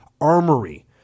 armory